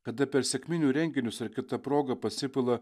kada per sekminių renginius ar kita proga pasipila